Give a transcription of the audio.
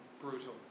brutal